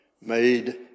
made